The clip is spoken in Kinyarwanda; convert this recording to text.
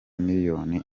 millions